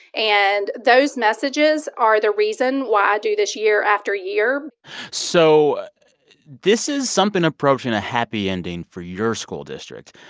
and those messages are the reason why i do this year after year so this is something approaching a happy ending for your school district,